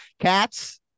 Cats